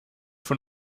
von